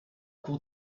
cours